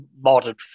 modern